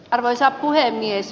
arvoisa puhemies